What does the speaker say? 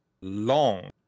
long